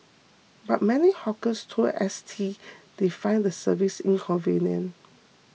but many hawkers told S T they find the service inconvenient